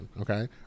Okay